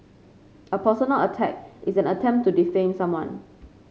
a personal attack is an attempt to defame someone